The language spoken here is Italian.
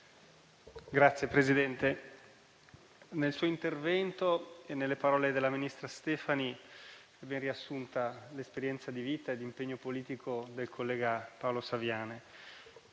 Signor Presidente, nel suo intervento e nelle parole della ministra Stefani è stata riassunta l'esperienza di vita e l'impegno politico del collega Paolo Saviane,